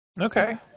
Okay